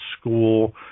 school